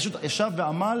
הוא פשוט ישב ועמל